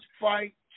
fight